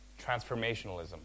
transformationalism